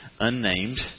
unnamed